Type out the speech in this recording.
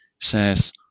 says